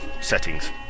settings